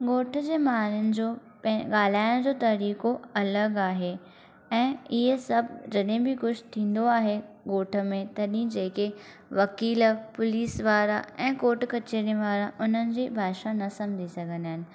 ॻोठ जे माण्हुनि जो पै ॻाल्हाइण जो तरीक़ो अलॻि आहे ऐं इहे सभु जॾहिं बि कुझु थींदो आहे ॻोठ में तॾहिं जेके वकील पुलीस वारा ऐं कोर्ट कचहरी वारा उन्हनि जी भाषा न सम्झी सघंदा आहिनि